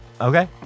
Okay